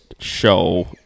show